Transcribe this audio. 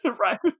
Right